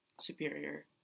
superior